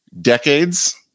decades